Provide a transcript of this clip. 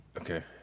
Okay